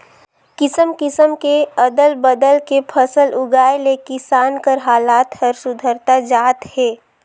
किसम किसम के अदल बदल के फसल उगाए ले किसान कर हालात हर सुधरता जात हे